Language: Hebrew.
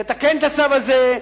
תתקן את הצו הזה,